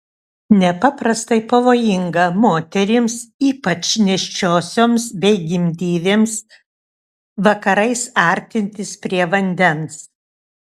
nepaprastai pavojinga moterims ypač nėščiosioms bei gimdyvėms vakarais artintis prie vandens